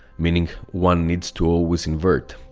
meaning one needs to always invert.